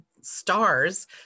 stars